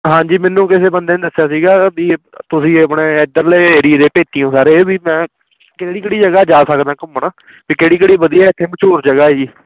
ਹਾਂਜੀ ਮੈਨੂੰ ਕਿਸੇ ਬੰਦੇ ਨੇ ਦੱਸਿਆ ਸੀਗਾ ਵੀ ਤੁਸੀਂ ਆਪਣੇ ਐਧਰਲੇ ਏਰੀਏ ਦੇ ਭੇਤੀ ਹੋ ਸਾਰੇ ਵੀ ਮੈਂ ਕਿਹੜੀ ਕਿਹੜੀ ਜਗ੍ਹਾਂ ਜਾ ਸਕਦਾ ਘੁੰਮਣ ਵੀ ਕਿਹੜੀ ਕਿਹੜੀ ਵਧੀਆ ਇੱਥੇ ਮਸ਼ਹੂਰ ਜਗ੍ਹਾ ਏ ਜੀ